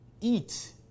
eat